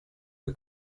que